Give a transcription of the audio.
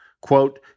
quote